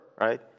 right